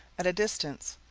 at a distance,